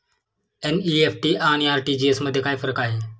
NEFT आणि RTGS मध्ये काय फरक आहे?